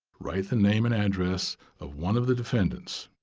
write the name and address of one of the defendants.